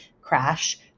crash